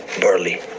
Burley